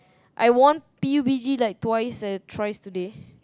I won P_U_B_G like twice like thrice today